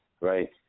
right